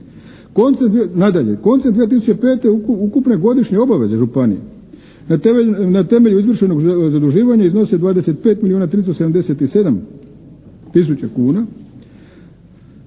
Nadalje, koncem 2005. ukupne godišnje obaveze županije na temelju izvršenog zaduživanja iznose 25 milijuna